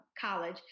college